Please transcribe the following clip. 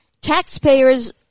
taxpayers